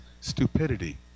stupidity